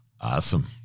Awesome